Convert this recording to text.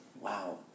Wow